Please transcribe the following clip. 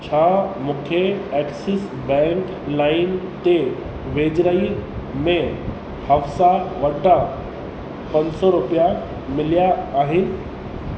छा मूंखे Axis bank लाइम ते वेझिराईअ में हफ्साह वटां पंज सौ रुपिया मिलिया आहिनि